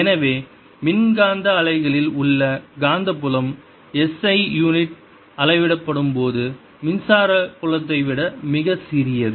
எனவே மின்காந்த அலைகளில் உள்ள காந்தப்புலம் SI யூனிட் அளவிடப்படும் போது மின்சார புலத்தை விட மிகச் சிறியது